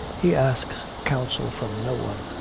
he asks counsel from no one.